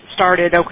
started